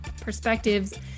perspectives